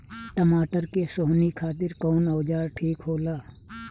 टमाटर के सोहनी खातिर कौन औजार ठीक होला?